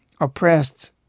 oppressed